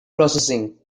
processing